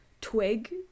twig